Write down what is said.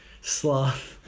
Sloth